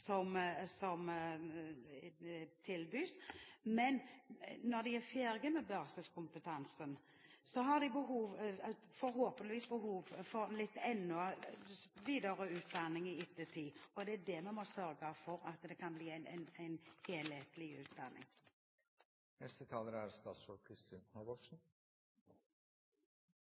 som tilbys, men når de er ferdige med basiskompetansen, har de forhåpentligvis behov for videreutdanning i ettertid, og vi må sørge for at det kan bli en